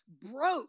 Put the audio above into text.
broke